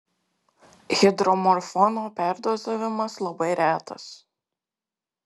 hidromorfono perdozavimas labai retas